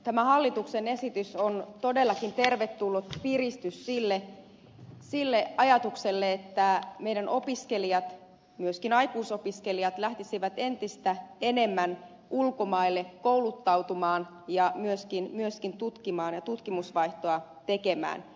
tämä hallituksen esitys on todellakin tervetullut piristys sille ajatukselle että meillä opiskelijat myöskin aikuisopiskelijat lähtisivät entistä enemmän ulkomaille kouluttautumaan ja myöskin tutkimaan ja tutkimusvaihtoa tekemään